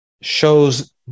shows